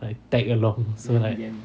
like tag along so like